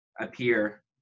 appear